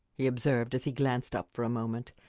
he observed as he glanced up for a moment.